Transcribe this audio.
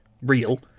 real